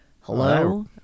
Hello